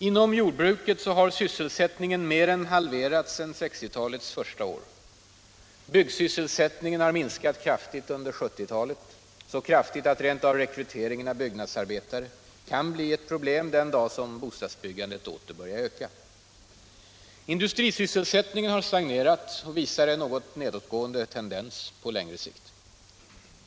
Inom jordbruket har sysselsättningen mer än halverats sedan 1960 talets första år. Byggsysselsättningen har minskat kraftigt under 1970-talet, så kraftigt att rekryteringen av byggnadsarbetare rent av kan bli ett problem den dag bostadsbyggandet åter börjar öka. Industrisysselsättningen har stagnerat och visar en något nedåtgående tendens på längre sikt.